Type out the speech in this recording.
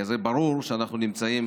כי הרי זה ברור שאנחנו נמצאים